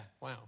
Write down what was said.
wow